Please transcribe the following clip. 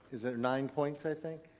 is there nine points, i think?